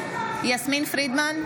יסמין פרידמן,